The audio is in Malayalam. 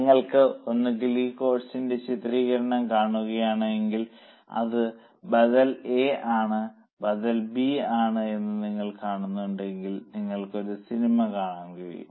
നിങ്ങൾക്ക് ഒന്നുകിൽ ഈ കോഴ്സിന്റെ ചിത്രീകരണം കാണുകയാണെങ്കിൽ അത് ബദൽ എ ആണ് ബദൽ ബി ആണ് നിങ്ങൾ കാണുന്നതെങ്കിൽ നിങ്ങൾക്ക് ഒരു സിനിമ കാണാൻ കഴിയും